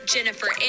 Jennifer